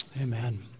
Amen